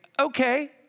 okay